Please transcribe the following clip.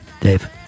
Dave